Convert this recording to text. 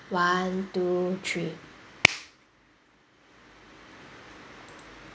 one two three